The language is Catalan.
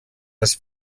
les